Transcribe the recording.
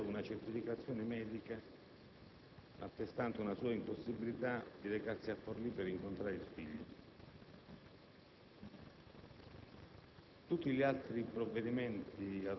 ma il genitore successivamente produceva una certificazione medica attestante una sua impossibilità a recarsi a Forlì per incontrare il figlio.